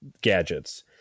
gadgets